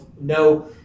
no